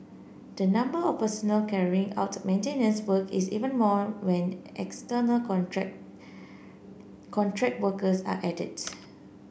the number of personnel carrying out maintenance work is even more when external contract contract workers are added